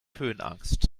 höhenangst